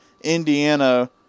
Indiana